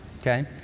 okay